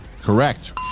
Correct